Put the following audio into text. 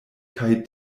kaj